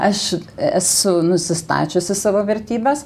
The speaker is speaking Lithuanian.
aš esu nusistačiusi savo vertybes